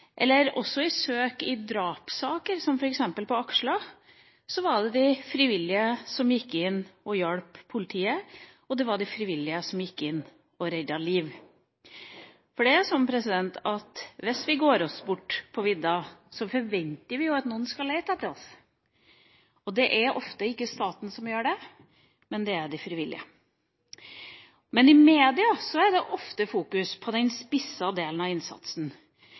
eller i søk i drapssaker, som f.eks. på Aksla. Der var det de frivillige som hjalp politiet, og det var de frivillige som reddet liv. Hvis vi går oss bort på vidda, forventer vi at noen skal leite etter oss, og det er ofte ikke staten som gjør det – men de frivillige. Men i media er det ofte fokus på den spissede delen av innsatsen: